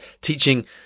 teaching